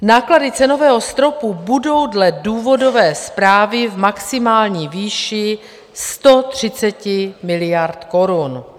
Náklady cenového stropu budou dle důvodové zprávy v maximální výši 130 miliard korun.